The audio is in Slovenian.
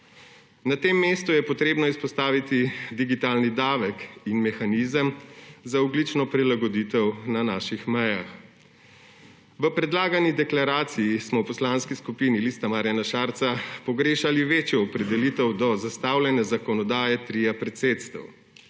Na tem mestu je potrebno izpostaviti digitalni davek in mehanizem za ogljično prilagoditev na naših mejah. V predlagani deklaraciji smo v Poslanski skupini Liste Marjana Šarca pogrešali večjo opredelitev do zastavljene zakonodaje tria predsedstev.